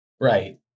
Right